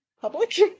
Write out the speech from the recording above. public